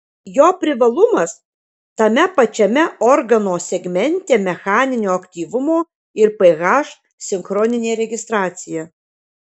jo privalumas tame pačiame organo segmente mechaninio aktyvumo ir ph sinchroninė registracija